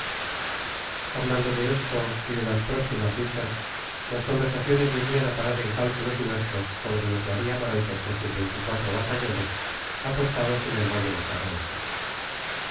hablando de esto y de las próximas luchas las conversaciones venían a parar en cálculos diversos sobre lo que haría maroto con sus veinticuatro batallones apostados en el valle de carranza